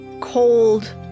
cold